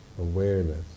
awareness